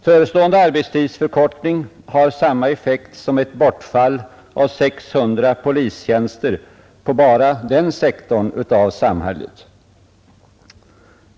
Förestående arbetstidsförkortning har samma effekt som ett bortfall av 600 polistjänster på bara denna sektor av samhället.